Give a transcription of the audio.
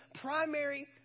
primary